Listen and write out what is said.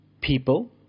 people